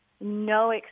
no